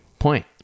point